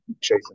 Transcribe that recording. chasing